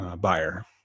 buyer